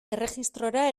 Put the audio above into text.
erregistrora